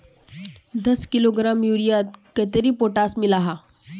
दस किलोग्राम यूरियात कतेरी पोटास मिला हाँ?